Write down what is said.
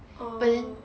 oh